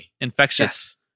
Infectious